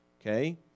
okay